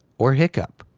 or hiccup,